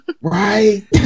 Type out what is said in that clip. Right